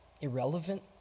irrelevant